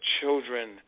children